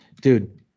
dude